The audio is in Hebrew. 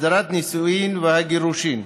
הסדרת הנישואין והגירושין,